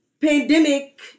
pandemic